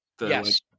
Yes